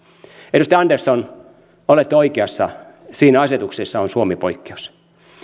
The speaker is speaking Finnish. edustaja andersson olette oikeassa että siinä asetuksessa on suomi poikkeus